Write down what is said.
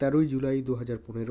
তেরোই জুলাই দু হাজার পনেরো